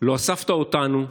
לא אספת אותנו,